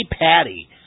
Patty